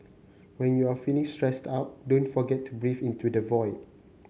when you are feeling stressed out don't forget to breathe into the void